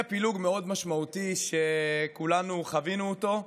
פילוג מאוד משמעותי שכולנו חווינו אותו,